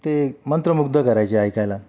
ते मंत्रमुग्ध करायचे ऐकायला